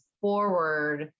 forward